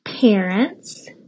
parents